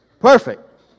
Perfect